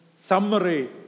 Summary